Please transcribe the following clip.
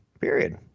Period